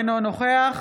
אינו נוכח